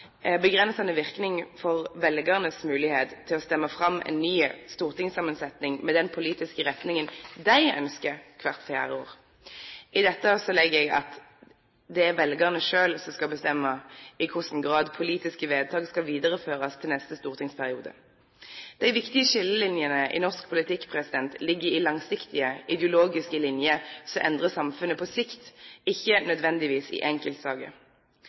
for velgernes mulighet til å stemme fram en ny stortingssammensetning med den politiske retningen de ønsker hvert fjerde år. I dette legger vi at det er velgerne selv som skal bestemme i hvilken grad politiske vedtak skal videreføres til neste stortingsperiode. De viktige skillelinjene i norsk politikk ligger i langsiktige, ideologiske linjer som endrer samfunnet på sikt, ikke nødvendigvis i enkeltsaker.